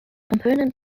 component